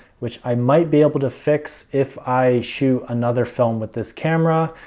which i might be able to fix if i shoot another film with this camera,